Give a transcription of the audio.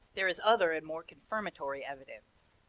there is other and more confirmatory evidence.